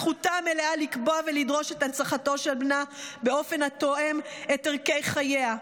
זכותה המלאה לקבוע ולדרוש את הנצחתו של בנה באופן התואם את ערכי חייה.